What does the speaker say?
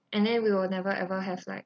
and then we will never ever have like